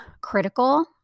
critical